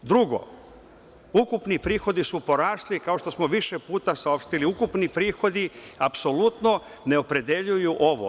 Drugo, ukupni prihodi su porasli, kao što smo više puta saopštili, ukupni prihodi apsolutno ne opredeljuju ovo.